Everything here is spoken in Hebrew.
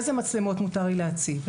איזה מצלמות מותר לי להציב,